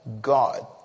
God